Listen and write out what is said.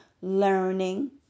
learning